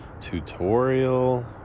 tutorial